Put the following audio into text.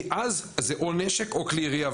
כי אז זה או נשק או כלי ירייה,